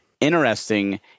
interesting